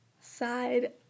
side